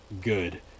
good